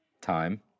time